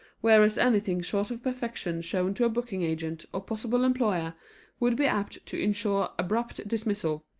whereas anything short of perfection shown to a booking agent or possible employer would be apt to insure abrupt dismissal.